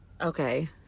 Okay